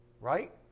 right